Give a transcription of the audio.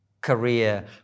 career